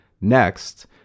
next